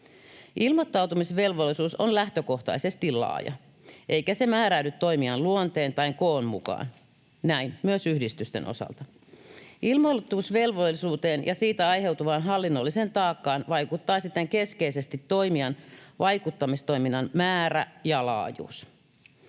Ilmoittautumisvelvollisuus on lähtökohtaisesti laaja, eikä se määräydy toimijan luonteen tai koon mukaan, näin myös yhdistysten osalta. Ilmoitusvelvollisuuteen ja siitä aiheutuvaan hallinnolliseen taakkaan vaikuttaa siten keskeisesti toimijan vaikuttamistoiminnan määrä ja laajuus.